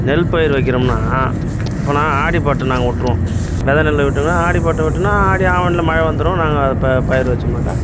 நெல் பயிர் வைக்கிறோம்னால் இப்போலாம் ஆடிப்பட்டம் நாங்கள் விட்ருவோம் வெதை நெல் விட்டதும் ஆடிப்பட்டம் விட்டோன்னால் ஆடி ஆவணியில் மழை வந்துடும் நாங்கள் அப்போ பயிர் வச்சோம்னாக்க